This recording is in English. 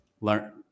learn